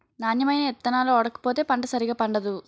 నాణ్యమైన ఇత్తనాలు ఓడకపోతే పంట సరిగా పండదు